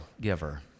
giver